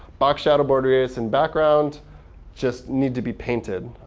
box shadow, border radius, and background just need to be painted.